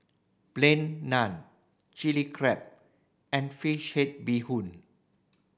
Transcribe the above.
Plain Naan Chilli Crab and fish head bee hoon